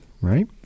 Right